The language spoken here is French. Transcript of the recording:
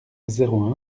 zéro